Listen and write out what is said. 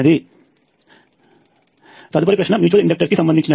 తదుపరి ప్రశ్న mutual inductor కి సంబంధించినది